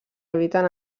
habiten